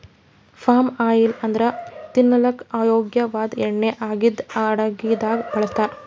palm oil ಅಂದ್ರ ತಿನಲಕ್ಕ್ ಯೋಗ್ಯ ವಾದ್ ಎಣ್ಣಿ ಆಗಿದ್ದ್ ಅಡಗಿದಾಗ್ ಬಳಸ್ತಾರ್